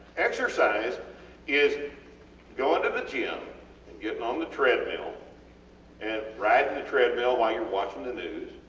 exercise is going to the gym and getting on the treadmill and riding the treadmill while youre watching the news